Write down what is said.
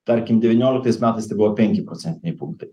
tarkim devynioliktais metais tai buvo penki procentiniai punktai